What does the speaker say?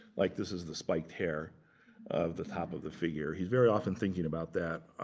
like this is the spiked hair of the top of the figure. he's very often thinking about that.